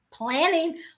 Planning